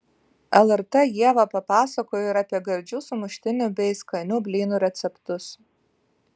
lrt ieva papasakojo ir apie gardžių sumuštinių bei skanių blynų receptus